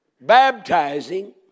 baptizing